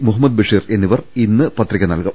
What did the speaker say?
മുഹമ്മദ് ബഷീർ എന്നിവർ ഇന്ന് പത്രിക നൽകും